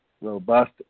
robust